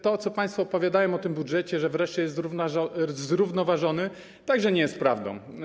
To, co państwo opowiadają o tym budżecie, że wreszcie jest zrównoważony, także nie jest prawdą.